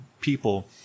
people